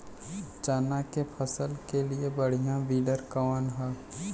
चना के फसल के लिए बढ़ियां विडर कवन ह?